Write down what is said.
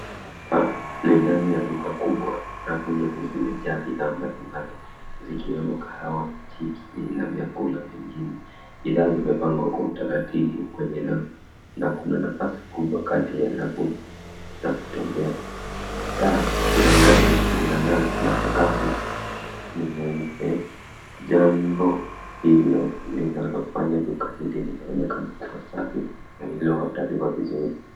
Hapa ni ndani ya duka kubwa. Rafu ndefu zimejaa bidhaa mbalimbali zikiwemo kahawa, chipsi na vyakula vingine. Bidhaa zimepangwa kwa utaratibu kwenye rafu na kuna nafasi kubwa kati ya rafu za kutembea. Taa za dari zinang'aa na sakafu ni nyeupe. Jambo hilo linalofanya duka hili lionekane kuwa safi na linaloandaliwa vizuri.